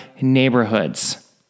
neighborhoods